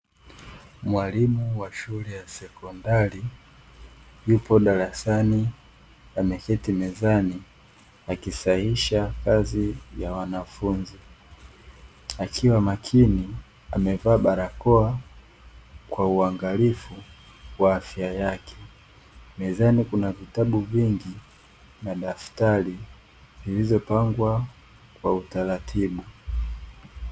Mwalimu wa shule ya sekondari yupo darasani, ameketi mezani akisahihisha kazi ya wanafunzi, akiwa makini amevaa barakoa kwa uangalifu wa afya yake. Mezani kuna vitabu vingi na daftari zilizopangwa kwa utaratibu.